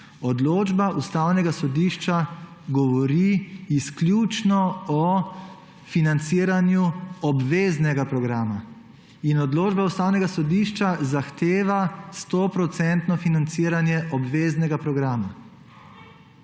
Odločba Ustavnega sodišča govori izključno o financiranju obveznega programa. In odločba Ustavnega sodišča zahtevo 100 % financiranje obveznega programa.